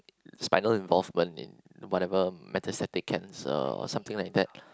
spinal involvement in whatever metastatic cancer or something like that